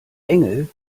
engel